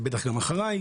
ובטח גם אחריי,